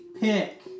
pick